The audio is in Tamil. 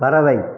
பறவை